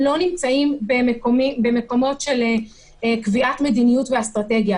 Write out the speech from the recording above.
הם לא נמצאים במקומות של קביעת מדיניות ואסטרטגיה.